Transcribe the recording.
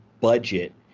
budget